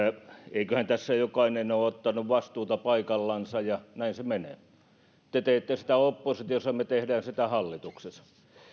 eiköhän tässä jokainen ole ottanut vastuuta paikallansa ja näin se menee te teette sitä oppositiossa me me teemme sitä hallituksessa